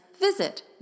visit